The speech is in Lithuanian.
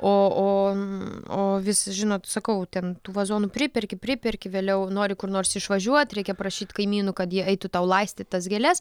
o o o vis žinot sakau ten tų vazonų priperki priperki vėliau nori kur nors išvažiuot reikia prašyt kaimynų kad jie eitų tau laistyt tas gėles